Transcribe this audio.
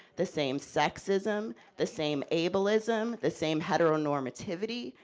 the same sexism, the same ableism, the same heteronormativity,